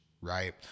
Right